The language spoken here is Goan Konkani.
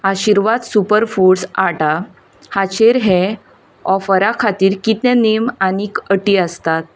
आशिर्वाद सुपर फुड्स आटा हाचेर हे ऑफरा खातीर कितें नेम आनीक अटी आसतात